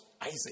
Isaac